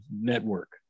network